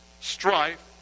strife